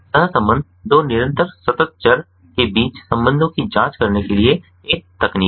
सहसंबंध दो निरंतर सतत चर के बीच संबंधों की जांच करने के लिए एक तकनीक है